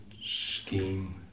scheme